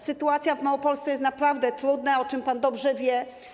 Sytuacja w Małopolsce jest naprawdę trudna, o czym pan dobrze wie.